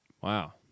Wow